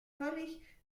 völlig